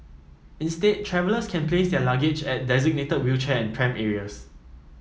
instead travellers can place their luggage at designated wheelchair and pram areas